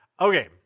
okay